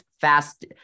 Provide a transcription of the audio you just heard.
fast